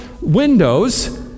windows